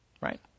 Right